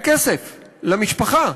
שאין כסף למשפחה,